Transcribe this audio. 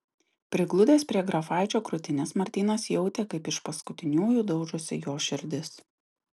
prigludęs prie grafaičio krūtinės martynas jautė kaip iš paskutiniųjų daužosi jo širdis